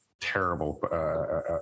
Terrible